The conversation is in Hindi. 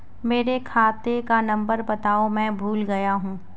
मेरे खाते का नंबर बताओ मैं भूल गया हूं